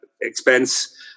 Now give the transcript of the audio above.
expense